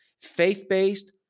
faith-based